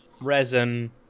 resin